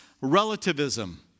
relativism